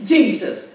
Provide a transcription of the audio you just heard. Jesus